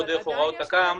או דרך הוראות תק"מ,